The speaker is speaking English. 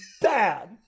Bad